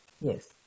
Yes